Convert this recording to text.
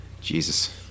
Jesus